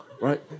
Right